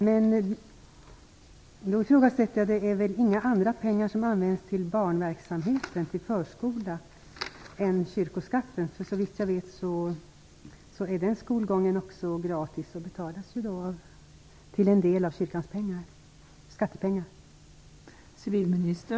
Fru talman! Men det är väl inga andra pengar som används till barnverksamheten - till förskolan - än kyrkoskatten? Såvitt jag vet är den skolgången gratis och betalas till en del av kyrkans pengar